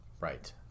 Right